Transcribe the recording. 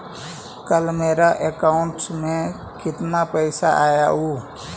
कल मेरा अकाउंटस में कितना पैसा आया ऊ?